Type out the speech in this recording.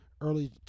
early